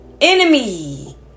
enemy